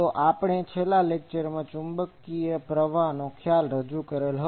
તો આપણે છેલ્લા લેક્ચરમાં ચુંબકીય પ્રવાહનો ખ્યાલ રજૂ કરેલ